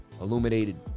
Illuminated